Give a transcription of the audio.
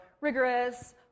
rigorous